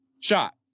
Shot